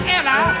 Ella